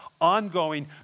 ongoing